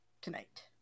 tonight